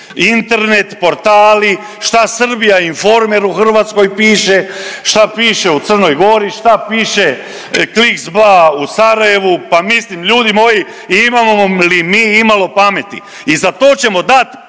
Internet, portali, šta Srbija Informer u Hrvatskoj piše? Šta piše u Crnoj Gori? Šta piše Kliks.ba u Sarajevu? Pa mislim ljudi moji imamo li mi imalo pameti? I za to ćemo dati